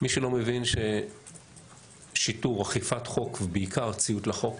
מי שלא מבין ששיטור, אכיפת חוק ובעיקר ציות לחוק,